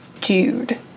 dude